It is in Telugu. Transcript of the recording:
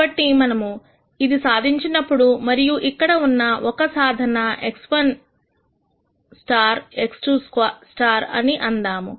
కాబట్టి మనము ఇది సాధించినప్పుడు మరియు ఇక్కడ ఉన్న ఒక సాధన x1 x2 అని అందాము